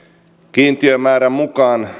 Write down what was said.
kiintiömäärän mukaan